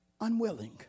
unwilling